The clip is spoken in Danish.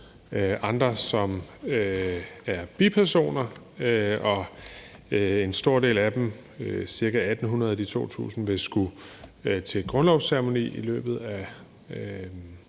andre som bipersoner. En stor del af dem, cirka 1.800 af de 2.000, vil skulle til grundlovsceremoni i løbet af